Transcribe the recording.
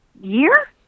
year